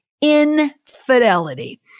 infidelity